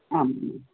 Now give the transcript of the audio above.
आम्